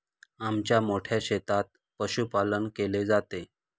आमच्या मोठ्या शेतात पशुपालन केले जाते